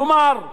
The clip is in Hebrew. כלומר,